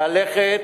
ללכת,